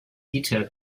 detail